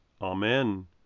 amen